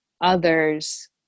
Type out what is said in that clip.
others